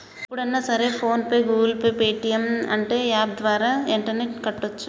ఎప్పుడన్నా సరే PhonePe Google Pay Paytm అంటే యాప్ ద్వారా యెంటనే కట్టోచ్చు